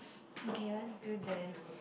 okay let's do this